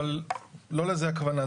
אבל לא לזה הכוונה,